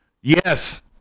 yes